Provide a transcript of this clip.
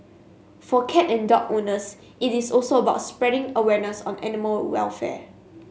for cat and dog owners it is also about spreading awareness on animal welfare